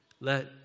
let